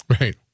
Right